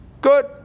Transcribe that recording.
Good